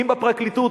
בפרקליטות,